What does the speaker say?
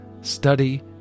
Study